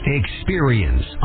experience